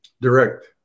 Direct